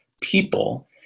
people